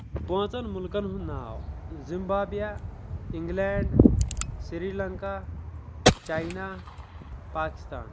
پانٛژن مُلکن ہُنٛد ناو Zimbabwe England Sri Lanka China Pakistan